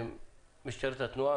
משטרת התנועה,